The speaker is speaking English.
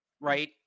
Right